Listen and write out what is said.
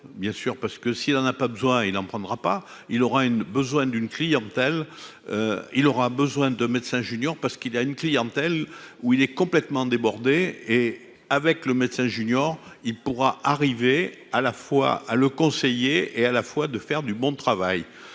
bien sûr parce que si il n'en a pas besoin, il en prendra pas, il aura une besoins d'une clientèle, il aura besoin de médecins junior, parce qu'il a une clientèle où il est complètement débordé et avec le médecin junior il pourra arriver à la fois ah le conseiller et à la fois de faire du monde travaille